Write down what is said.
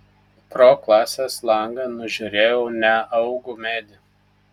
pro klasės langą nužiūrėjau neaugų medį